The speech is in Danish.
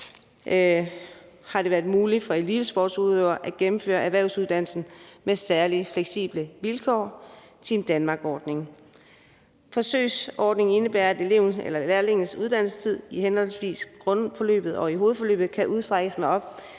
har det været muligt for elitesportsudøvere at gennemføre erhvervsuddannelsen med særlig fleksible vilkår, Team Danmark-ordningen. Forsøgsordningen indebærer, at lærlingens uddannelsestid i henholdsvis grundforløbet og hovedforløbet kan udstrækkes med op